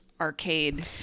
arcade